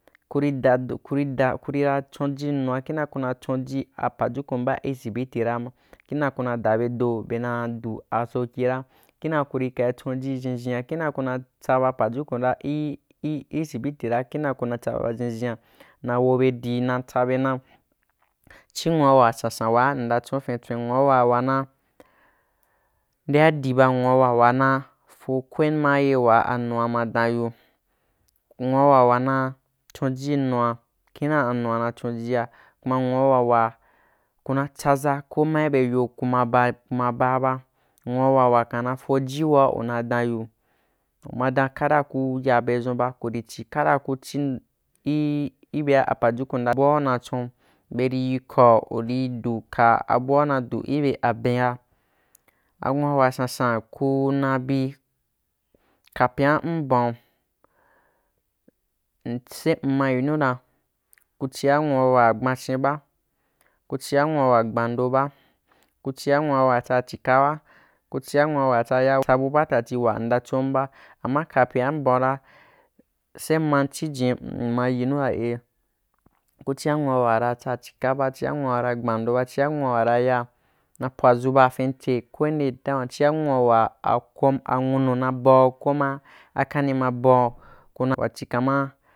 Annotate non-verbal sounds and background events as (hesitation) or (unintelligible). Kuri dado (hesitation) kuri da-ku rira chonjī nua kinrea kuma chonji apajukun baī sibitira m kinea kuna dabedo benadu asokira kinea kurī kao chonji ʒhinʒhena kindea kuna tsa ba pajukun ra sibiti ra kinea kuna tsa ba boʒhinʒhin a na wo be di na tsabe na chi nwuawa sansa waa mnda chon fintswin nwuawa wana ndeadiɓa nwuawa wana fokom maye waa anua ma dan yiu nuuawa wana chonjì nua kīn dea anua na chonjia kuma nwuawa wa kuna tsaʒa ko ma ibe yo kuma ba kuma buaba nwuawa wakana foji waa una dan yiu uma dan kara ku ya bedʒun ba kuri chi kara ku chin (hesitation) bea apajukun (unintelligible) bua una chon beri yikau uri duka abua una du kibe aben’a anwuawa sansan kuunabi (hesitation) kapinà mban’u semma yinu dan ku chīa mnua wa gbanchin ba ku chia nwuawa gbando bo ku ciha nwuawa tsa chika ba ku chia nwuawa ta ya tsa bubaatati wa mda chom ba ama kapyina m ban’u ra se mma chijin mma yinuaeh ku chia nwuawa ra tsa chi kaba chia nwuawa ra gbando ba chia nwuawa ra ya na pwadʒu ba fintse kowen de time chia nwuawa nwunu na bau ko ma akanī na bau kuna wachi kama.